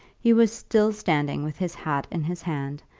he was still standing with his hat in his hand,